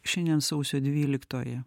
šiandien sausio dvyliktoji